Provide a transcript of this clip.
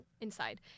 inside